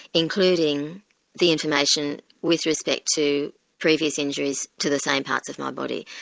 including the information with respect to previous injuries to the same parts of my body.